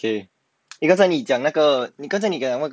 K eh 你刚才讲那个你刚才你讲那个 tyre 是什么